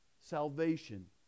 salvation